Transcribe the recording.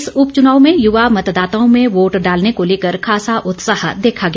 इस उपचुनाव में युवा मतदाताओं में वोट डालने को लेकर खासा उत्साह देखा गया